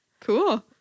Cool